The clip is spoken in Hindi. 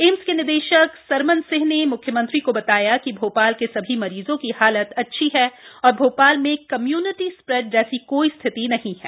एम्स के निदेशक सरमन सिंह ने मुख्यमंत्री को बताया कि भोपाल के सभी मरीजों की हालत अच्छी है तथा भोपाल में कम्य्निटी स्प्रेड जैसी कोई स्थिति नहीं है